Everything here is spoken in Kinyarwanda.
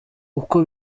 uko